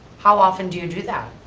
how often do you do that?